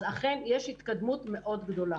אז אכן יש התקדמות מאוד גדולה.